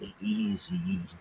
easy